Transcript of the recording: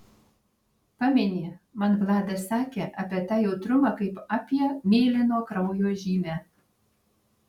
pameni man vladas sakė apie tą jautrumą kaip apie mėlyno kraujo žymę